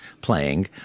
playing